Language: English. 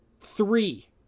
three